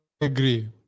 agree